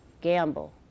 gamble